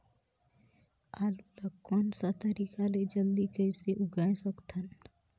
आलू ला कोन सा तरीका ले जल्दी कइसे उगाय सकथन?